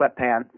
sweatpants